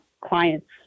clients